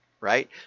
right